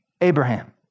Abraham